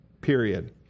period